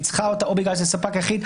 היא צריכה אותה או בגלל שזה ספק יחיד,